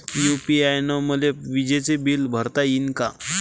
UPI न मले विजेचं बिल भरता यीन का?